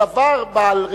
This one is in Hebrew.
על דבר בעל,